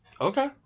Okay